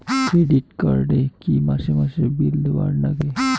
Credit card এ কি মাসে মাসে বিল দেওয়ার লাগে?